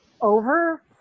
over